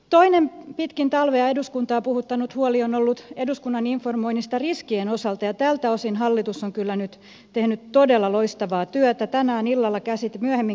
toinen pitkin talvea eduskuntaa puhuttanut huoli on ollut eduskunnan informoiminen ris kien osalta ja tältä osin hallitus on kyllä nyt tehnyt todella loistavaa työtä tänään myöhemmin illalla käsiteltävässä evm laissa